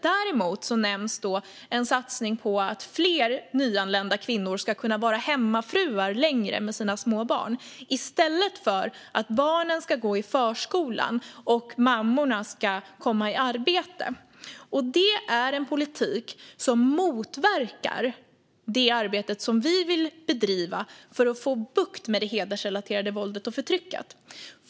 Däremot nämns en satsning på att fler nyanlända kvinnor ska kunna vara hemmafruar längre med sina små barn i stället för att barnen ska gå i förskolan och mammorna ska komma i arbete. Det är en politik som motverkar det arbete som vi vill bedriva för att få bukt med det hedersrelaterade våldet och förtrycket.